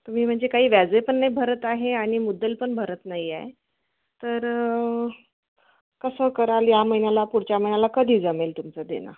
तुम्ही म्हणजे काही व्याज पण नाही भरत आहे आणि मुद्दल पण भरत नाही आहे तर कसं कराल या महिन्याला पुढच्या महिन्याला कधी जमेल तुमचं देणं